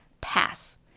pass